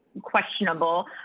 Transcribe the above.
questionable